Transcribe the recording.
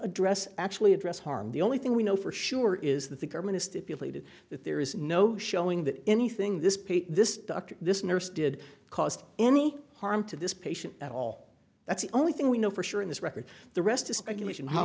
address actually address harm the only thing we know for sure is that the government stipulated that there is no showing that anything this paper this doctor this nurse did caused any harm to this patient at all that's the only thing we know for sure in this record the rest is speculation how